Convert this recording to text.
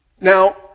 Now